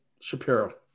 Shapiro